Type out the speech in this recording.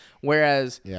Whereas